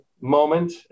moment